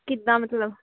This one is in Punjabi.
ਕਿੱਦਾਂ ਮਤਲਬ